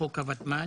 חוק הוותמ"ל.